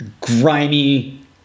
grimy